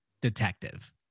detective